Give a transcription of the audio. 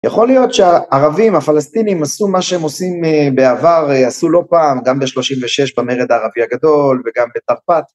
יכול להיות שהערבים, הפלסטינים, עשו מה שהם עושים בעבר, עשו לא פעם, גם ב-36, במרד הערבי הגדול, וגם בתרפ"ט.